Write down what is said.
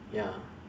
ya